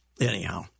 anyhow